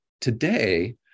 Today